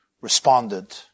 responded